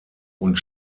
und